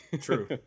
True